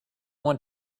want